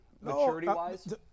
maturity-wise